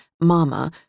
Mama